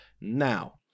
Now